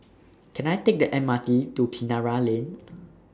Can I Take The M R T to Kinara Lane